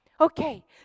Okay